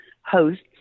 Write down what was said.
hosts